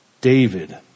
David